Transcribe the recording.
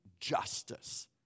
justice